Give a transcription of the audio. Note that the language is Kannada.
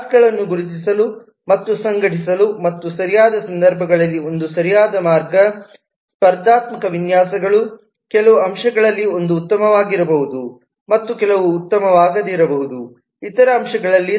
ಕ್ಲಾಸ್ಗಳನ್ನು ಗುರುತಿಸಲು ಮತ್ತು ಸಂಘಟಿಸಲು ಮತ್ತು ಸರಿಯಾದ ಸಂದರ್ಭಗಳಲ್ಲಿ ಒಂದು ಸರಿಯಾದ ಮಾರ್ಗ ಸ್ಪರ್ಧಾತ್ಮಕ ವಿನ್ಯಾಸಗಳು ಕೆಲವು ಅಂಶಗಳಲ್ಲಿ ಒಂದು ಉತ್ತಮವಾಗಿರಬಹುದು ಮತ್ತು ಕೆಲವು ಉತ್ತಮವಾಗಿರಬಹುದು ಇತರ ಅಂಶಗಳಲ್ಲಿ